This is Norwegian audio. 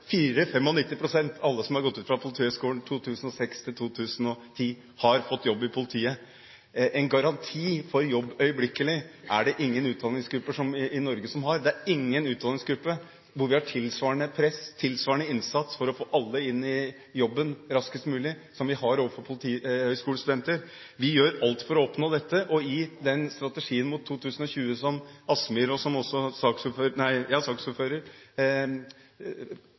gått ut fra Politihøgskolen fra 2006 til 2010, har fått jobb i politiet. En garanti for jobb øyeblikkelig er det ingen utdanningsgrupper i Norge som har. Det er ingen utdanningsgruppe der det er tilsvarende press, tilsvarende innsats for å få alle inn i jobb raskest mulig, som vi har overfor politiskolestudenter. Vi gjør alt for å oppnå dette. I den strategien mot 2020 som Kielland Asmyhr og også saksordføreren snakker positivt om, ligger det selvsagt at med dem som går ut fra Politihøgskolen, skal vi også